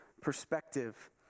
perspective